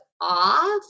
off